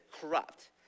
corrupt